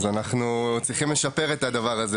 אז אנחנו צריכים בהחלט לשפר את הדבר הזה.